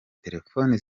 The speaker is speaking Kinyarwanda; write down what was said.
telefoni